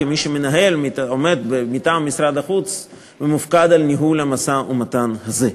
כמי שעומד מטעם משרד החוץ ומופקד על ניהול המשא-ומתן הזה.